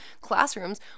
classrooms